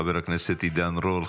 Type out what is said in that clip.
חבר הכנסת עידן רול,